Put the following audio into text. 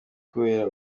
kubera